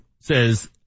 says